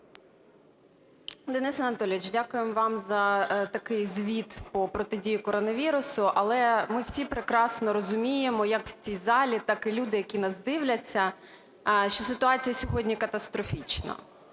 Денис Анатолійович, дякуємо вам за такий звіт по протидії коронавірусу. Але ми всі прекрасно розуміємо, як в цій залі, так і люди, які нас дивляться, що ситуація сьогодні катастрофічна: